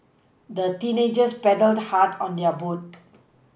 the teenagers paddled hard on their boat